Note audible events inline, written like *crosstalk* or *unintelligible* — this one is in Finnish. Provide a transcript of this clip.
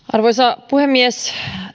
*unintelligible* arvoisa puhemies